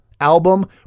album